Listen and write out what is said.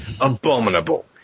abominable